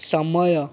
ସମୟ